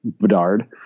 Bedard